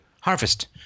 harvest